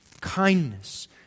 kindness